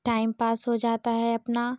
time pass हो जाता है अपना